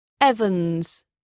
Evans